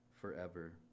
forever